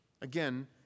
Again